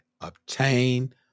obtain